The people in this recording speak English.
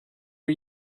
are